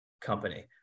company